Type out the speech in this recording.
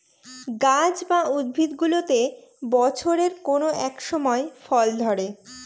গাছ বা উদ্ভিদগুলোতে বছরের কোনো এক সময় ফল ধরে